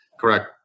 Correct